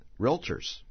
realtors